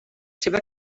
seva